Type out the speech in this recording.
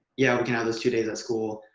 yeah, we can have those two days at school,